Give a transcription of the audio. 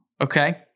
Okay